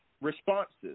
responses